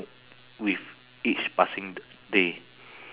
with each passing d~ day